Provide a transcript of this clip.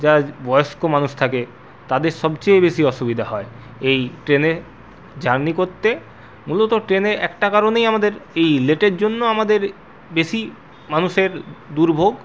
যা বয়স্ক মানুষ থাকে তাদের সবচেয়ে বেশি অসুবিধা হয় এই ট্রেনে জার্নি করতে মূলত ট্রেনে একটা কারণেই আমাদের এই লেটের জন্য আমাদের বেশি মানুষের দুর্ভোগ